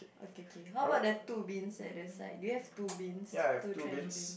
okay okay how about the two bins at the side do you have two bins two trash bins